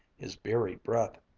his beery breath.